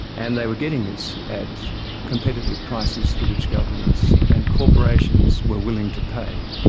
and they were getting this at competitive prices for which governments and corporations were willing to pay.